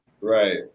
Right